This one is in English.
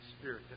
spirit